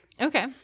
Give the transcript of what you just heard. okay